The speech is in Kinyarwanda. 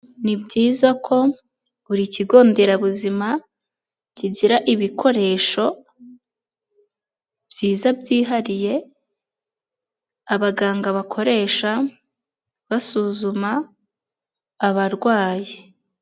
Ni byiza ko buri kigo nderabuzima kigira ibikoresho byiza byihariye, abaganga bakoresha basuzuma abarwayi.